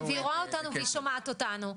היא רואה אותנו והיא שומעת אותנו,